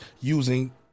using